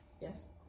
Yes